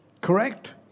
Correct